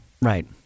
Right